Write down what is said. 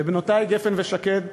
לבנותי גפן ושקד,